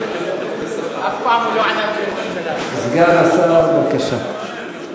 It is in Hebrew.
אף פעם הוא לא ענה, סגן השר, בבקשה.